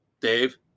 Dave